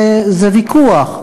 זה ויכוח.